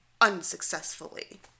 unsuccessfully